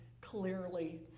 clearly